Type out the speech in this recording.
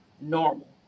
Normal